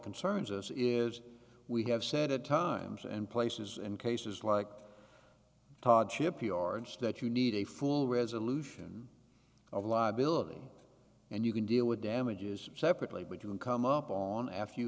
concerns us is we have said at times and places in cases like todd shipyards that you need a full resolution of liability and you can deal with damages separately but you can come up on f you